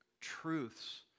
truths